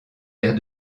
vers